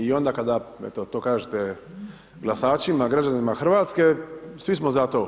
I onda kad to kažete glasačima, građanima Hrvatske, svi smo za to.